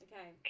Okay